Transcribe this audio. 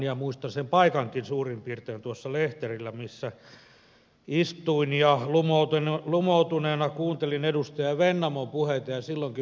muistan sen paikankin suurin piirtein tuossa lehterillä missä istuin ja lumoutuneena kuuntelin edustaja vennamon puheita